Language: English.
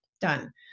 Done